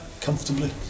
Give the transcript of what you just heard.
comfortably